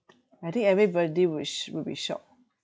I think everybody which will be shocked